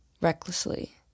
recklessly